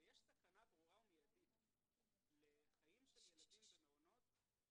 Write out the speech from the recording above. כשיש סכנה ברורה ומיידית לחיים של ילדים במעונות,